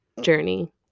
journey